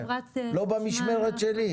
לא במשמרת שלי.